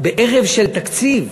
בערב של תקציב,